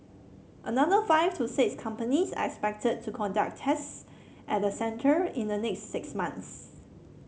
another five to six companies are expected to conduct test at the centre in the next six months